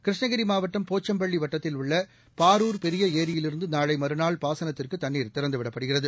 கிருஷ்ணகிரி மாவட்டம் போச்சம்பள்ளி வட்டத்தில் உள்ள பாரூர் பெரிய ஏரியிலிருந்து நாளை மறுநாள் பாசனத்திற்கு தண்ணீர் திறந்துவிடப்படுகிறது